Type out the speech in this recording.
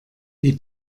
die